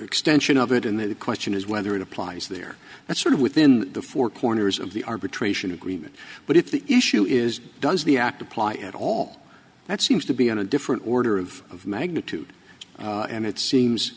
extension of it in that the question is whether it applies there that's sort of within the four corners of the arbitration agreement but if the issue is does the act apply at all that seems to be on a different order of magnitude and it seems